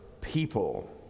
people